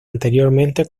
anteriormente